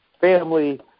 family